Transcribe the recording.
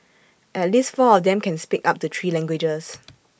at least four of them can speak up to three languages